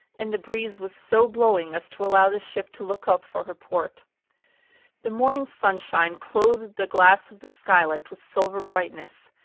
and the breeze was so blowing as to allow the ship to look up for her port the morning sunshine clothed the glass of the skylight with silver brightness.